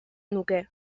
nuke